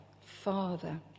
Father